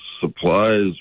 supplies